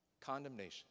condemnation